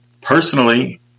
Personally